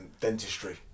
dentistry